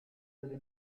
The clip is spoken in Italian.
delle